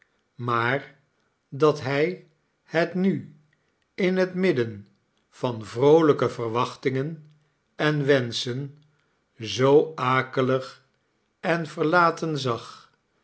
maar dat hij het nu in het midden van vroolijke verwachtingen en wenschen zoo akelig en verlaten zag